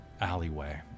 alleyway